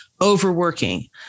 overworking